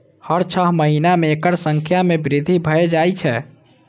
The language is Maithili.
हर छह महीना मे एकर संख्या मे वृद्धि भए जाए छै